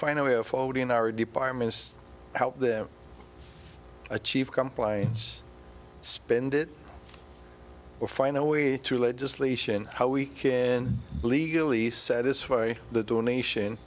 find a way of folding our departments help them achieve compliance spend it or find a way through legislation how we can legally satisfy the donation